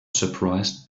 surprised